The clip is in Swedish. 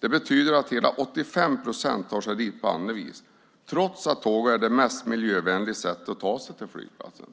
Det betyder att hela 85 procent tar sig dit på andra vis trots att tåget är det mest miljövänliga sättet att ta sig till flygplatsen.